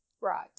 Right